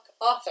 author